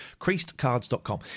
creasedcards.com